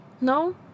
No